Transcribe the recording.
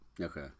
Okay